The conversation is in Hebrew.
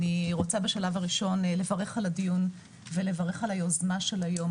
אני רוצה בשלב הראשון לברך על הדיון ולברך על היוזמה של היום.